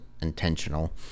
intentional